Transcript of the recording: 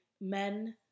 men